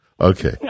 Okay